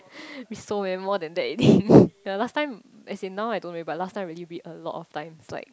it's so many more than that already yea last time as in now I don't really but last time really read a lot of time like